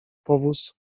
powóz